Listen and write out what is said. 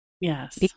Yes